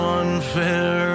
unfair